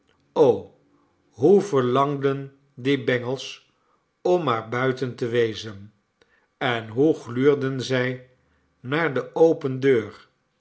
hoe verlangden die bengels om maar buiten te wezen en hoe gluurden zij naar de open deur